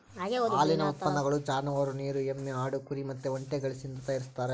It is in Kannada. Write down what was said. ಹಾಲಿನ ಉತ್ಪನ್ನಗಳು ಜಾನುವಾರು, ನೀರು ಎಮ್ಮೆ, ಆಡು, ಕುರಿ ಮತ್ತೆ ಒಂಟೆಗಳಿಸಿಂದ ತಯಾರಾಗ್ತತೆ